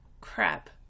crap